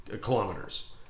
kilometers